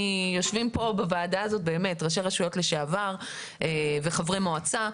יושבים כאן בוועדה ראשי רשויות לשעבר וחברי מועצה.